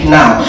now